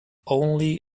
only